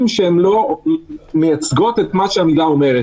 שהן לא מייצגות את מה שהמילה אומרת.